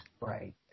Right